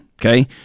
okay